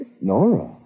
Nora